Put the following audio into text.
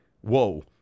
whoa